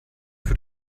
für